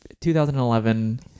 2011